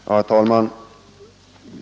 Herr talman!